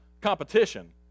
competition